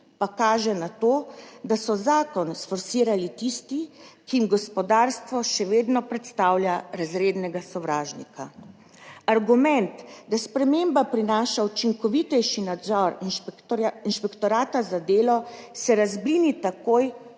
pa kaže na to, da so zakon sforsirali tisti, ki jim gospodarstvo še vedno predstavlja razrednega sovražnika. Argument, da sprememba prinaša učinkovitejši nadzor inšpektorata za delo, se razblini takoj,